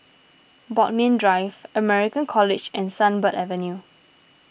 Bodmin Drive American College and Sunbird Avenue